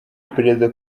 iperereza